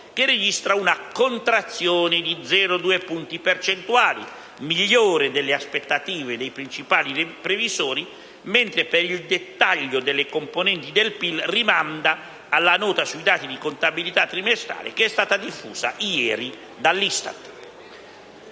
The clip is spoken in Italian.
che registra una contrazione di 0,2 punti percentuali, migliore delle aspettative dei principali previsori, mentre per il dettaglio delle componenti del PIL rimanda alla nota sui dati di contabilità trimestrale che è stata diffusa ieri dall'ISTAT.